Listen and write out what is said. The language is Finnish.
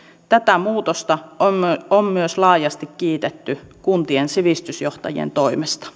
tätä muutosta on on myös laajasti kiitetty kuntien sivistysjohtajien toimesta